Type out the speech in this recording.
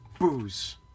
booze